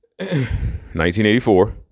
1984